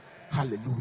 Hallelujah